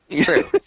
True